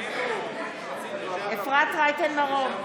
בעד אפרת רייטן מרום,